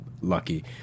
lucky